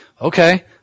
Okay